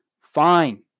Fine